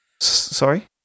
Sorry